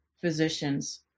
physicians